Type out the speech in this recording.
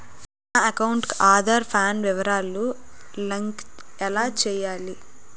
నా అకౌంట్ కు ఆధార్, పాన్ వివరాలు లంకె ఎలా చేయాలి?